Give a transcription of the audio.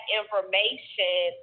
information